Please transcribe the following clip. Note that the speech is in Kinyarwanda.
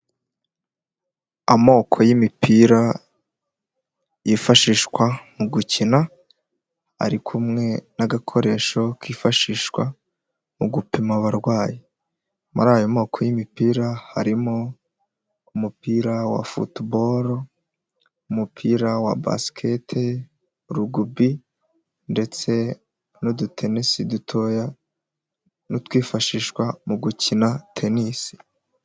Amoko y'imipira yifashishwa mu gukina ari kumwe n'agakoresho kifashishwa mu gupima abarwayi, muri ayo moko y'imipira harimo: umupira wa futuboro, umupira wa basikete, rugubi ndetse n'udutenesi dutoya n'utwifashishwa mu gukina tenisi.